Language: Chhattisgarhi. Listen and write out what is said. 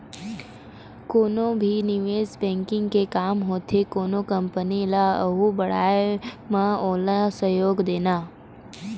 कोनो भी निवेस बेंकिग के काम होथे कोनो कंपनी ल आघू बड़हाय म ओला सहयोग देना